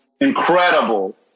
incredible